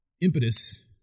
impetus